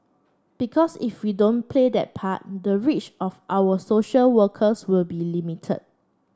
because if we don't play that part the reach of our social workers will be limited